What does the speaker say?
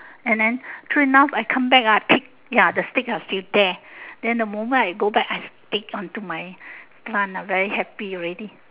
and then true enough I come back ah pick ya the stick are still there then the moment I go back I stick onto my plant I very happy already